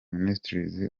ministries